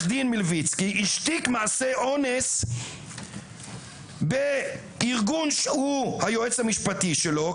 דין מלביצקי השתיק מעשה אונס בארגון שהוא היועץ המשפטי שלו,